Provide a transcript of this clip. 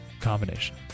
combination